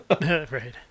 right